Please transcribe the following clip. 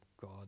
God